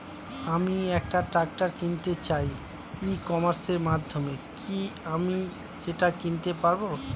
আমি একটা ট্রাক্টর কিনতে চাই ই কমার্সের মাধ্যমে কি আমি সেটা কিনতে পারব?